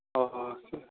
অঁ অঁ